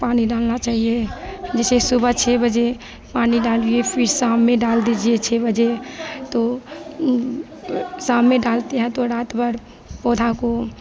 पानी डालना चाहिए जिसे सुबह छः बजे पानी डालिए फ़िर शाम में डाल दीजिए छः बजे तो शाम में डालते हैं तो रात भर पौधा को